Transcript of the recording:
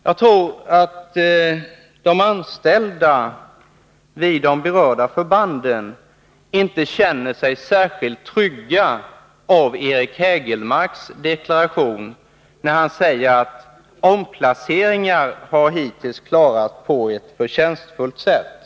Jag tror att de anställda vid de berörda förbanden inte känner sig särskilt trygga av Eric Hägelmarks deklaration att omplaceringar hittills har klarats på ett förtjänstfullt sätt.